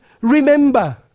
remember